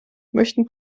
möchten